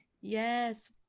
yes